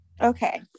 Okay